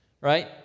right